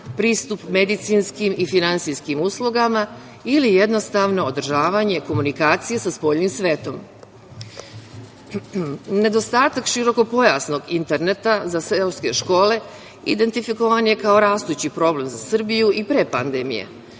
pristup medicinskim i finansijskim uslugama ili jednostavno održavanje komunikacije sa spoljnim svetom. Nedostatak širokopojasnog interneta za seoske škole identifikovan je kao rastući problem za Srbiju i pre pandemije.